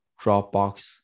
Dropbox